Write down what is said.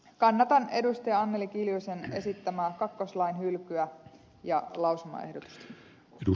kannatan edustaja anneli kiljusen esittämää kakkoslain hylkyä ja lausumaehdotusta